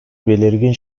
belirgin